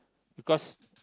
because